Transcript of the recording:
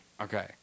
Okay